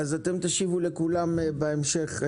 תשיבו לכולם בהמשך.